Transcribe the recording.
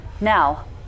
Now